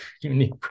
unique